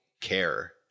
care